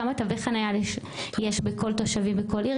כמה תווי חניה יש לכל תושבים בכל עיר,